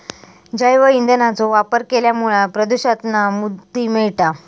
जैव ईंधनाचो वापर केल्यामुळा प्रदुषणातना मुक्ती मिळता